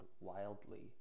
wildly